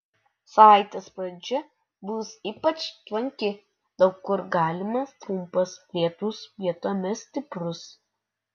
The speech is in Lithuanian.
savaitės pradžia bus ypač tvanki daug kur galimas trumpas lietus vietomis stiprus